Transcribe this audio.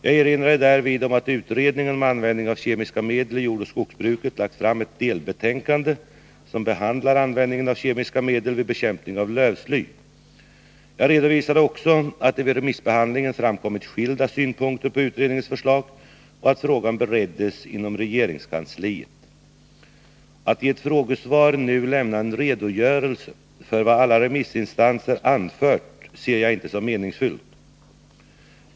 Jag erinrade därvid om att utredningen om användningen av kemiska medel i jordoch skogsbruket lagt fram ett delbetänkande som behandlar användningen av kemiska medel vid bekämpning av lövsly. Jag redovisade också att det vid remissbehandlingen framkommit skilda synpunkter på utredningens förslag och att frågan bereddes inom regeringskansliet. Att i ett frågesvar nu lämna en redogörelse för vad alla remissinstanser anfört ser jag inte som meningsfullt.